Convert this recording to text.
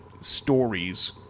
stories